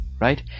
right